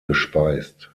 gespeist